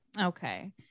Okay